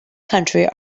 country